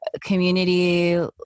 community